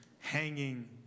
hanging